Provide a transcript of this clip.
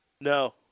No